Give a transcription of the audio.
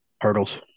Hurdles